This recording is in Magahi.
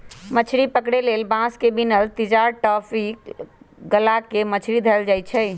मछरी पकरे लेल बांस से बिनल तिजार, टापि, लगा क मछरी धयले जाइ छइ